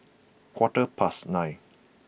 quarter past nine